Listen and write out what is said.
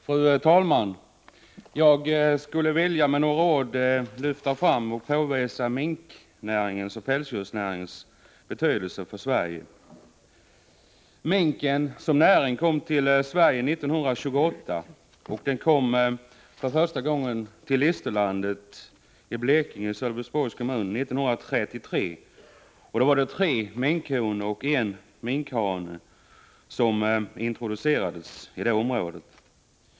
Fru talman! Jag skulle med några ord vilja lyfta fram och påvisa minknäringens och pälsdjursnäringens betydelse för Sverige. Minkuppfödningen som näring kom till Sverige 1928 och minken kom för första gången till Listerlandet i Blekinge, Sölvesborgs kommun, 1933. Det var tre minkhonor och en minkhanne som introducerades i det området.